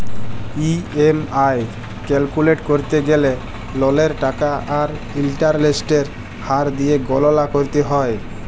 EMI calculate ক্যরতে গ্যালে ললের টাকা আর ইলটারেস্টের হার দিঁয়ে গললা ক্যরতে হ্যয়